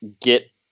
get